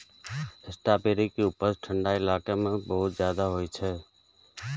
strawberry के उपज ठंढा इलाका मे बहुत ज्यादा होइ छै